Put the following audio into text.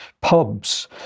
pubs